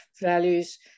values